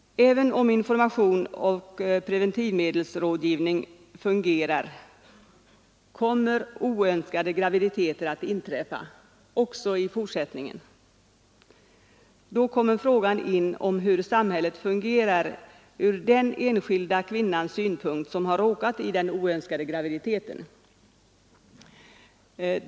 Även om information och preventivmedelsrådgivning fungerar kommer oönskade graviditeter att inträffa också i fortsättningen. Då kommer frågan in om hur samhället fungerar från den enskilda kvinnans synpunkt som har råkat i den oönskade graviditeten.